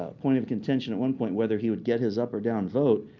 ah point of contention at one point whether he would get his up or down vote,